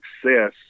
success